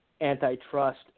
antitrust